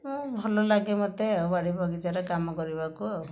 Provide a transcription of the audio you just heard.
ହଁ ଭଲ ଲାଗେ ମତେ ଆଉ ବାଡ଼ିବଗିଚାରେ କାମ କରିବାକୁ ଆଉ